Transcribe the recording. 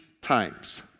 times